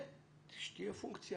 שתהיה פונקציה